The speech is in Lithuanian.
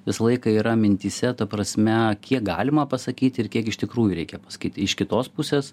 visą laiką yra mintyse ta prasme kiek galima pasakyti ir kiek iš tikrųjų reikia pasakyt iš kitos pusės